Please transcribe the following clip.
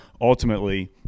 ultimately